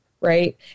right